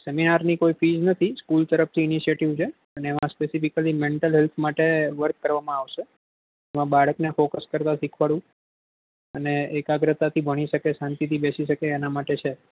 સેમિનારની કોઈ ફીસ નથી સ્કૂલ તરફથી ઈનિશિએટિવ છે અને એમાં સ્પેસિફિકલી મેન્ટલ હેલ્થ માટે વર્ક કરવામાં આવશે એમાં બાળકને ફોકસ કરતા શીખવાડવું અને એકાગ્રતાથી ભણી શકે શાંતિથી બેસી શકે એના માટે છે